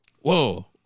Whoa